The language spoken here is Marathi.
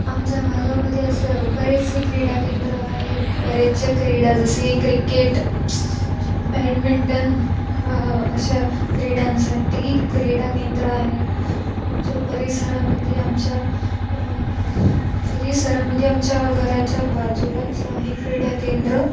आमच्या भागामध्ये असं बरेचसे क्रीडाकेंद्रं आहेत बरेचसे क्रीडा जशी क्रिकेट बॅडमिंटन अशा क्रीडांसाठी क्रीडाकेंद्रं आहेत आमच्या परिसरामध्ये आमच्या परिसरामध्ये आमच्या घराच्या बाजूलाच आहे क्रीडाकेंद्र